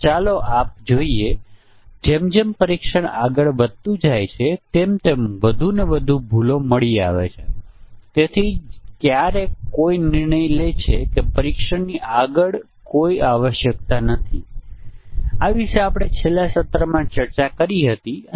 ચાલો આપણે આ જોડી મુજબની પરીક્ષણમાં શામેલ છીએ અને આપણે કેવી રીતે પરીક્ષણના કેસો જાતે પેદા કરી શકીએ છીએ તેની વિગતો જોઈએ